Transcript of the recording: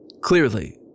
clearly